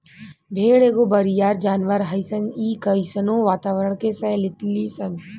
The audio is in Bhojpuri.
भेड़ एगो बरियार जानवर हइसन इ कइसनो वातावारण के सह लेली सन